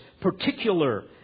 particular